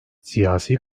siyasi